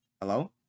hello